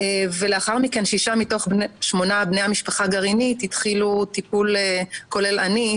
ולאחר מכן שישה מתוך שמונה בני המשפחה הגרעינית כולל אני,